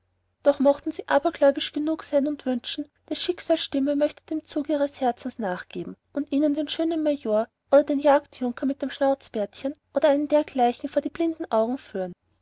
doch mochten sie abergläubisch genug sein und wünschen des schicksals stimme möchte dem zug ihres herzens nachgeben und ihnen den schönen major oder den jagdjunker mit dem stutzbärtchen oder einen dergleichen vor die blinden augen führen